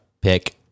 pick